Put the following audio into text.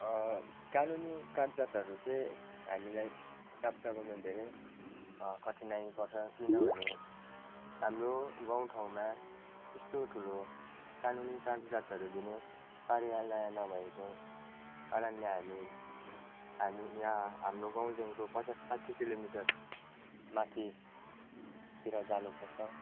कानुनी कागजातहरू चाहिँ हामीलाई प्राप्त गर्नु धेरै कठिनाइ पर्छ किनभने हाम्रो गाउँ ठौँमा त्यस्तो ठुलो कानुनी कागजातहरू दिने कार्यालय नभएको कारणले हामी हामी यहाँ हाम्रो गाउँदेखिन्को पचास साठी किलोमिटर माथितिर जानु पर्छ